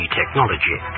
technology